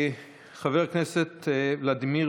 חבר הכנסת ולדימיר